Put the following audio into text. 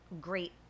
great